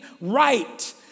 right